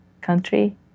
country